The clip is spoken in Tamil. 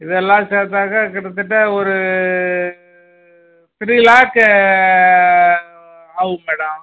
இதெல்லாம் சேர்த்தாக்கா கிட்டத்தட்ட ஒரு த்ரீ லேக்கு ஆவும் மேடம்